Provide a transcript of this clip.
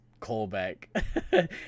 callback